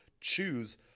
choose